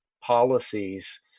policies